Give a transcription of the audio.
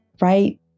Right